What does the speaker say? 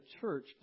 church